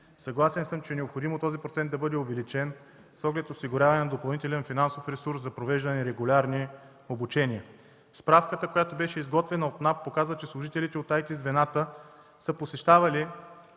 Съгласен съм, че е необходимо този процент да бъде увеличен с оглед осигуряване на допълнителен финансов ресурс за провеждане на регулярни обучения. Справката, която беше изготвена от НАП, показва, че служителите от IT-звената са посещавали